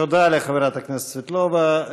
תודה לחברת הכנסת סבטלובה.